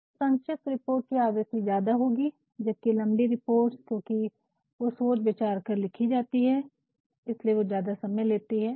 तो संक्षिप्त रिपोर्ट की आवृति ज्यादा होगी जबकि लम्बी रिपोर्ट्स क्योकि वो सोच विचार कर लिखी जाती है इसलिए वो ज्यादा समय लेती है